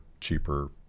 cheaper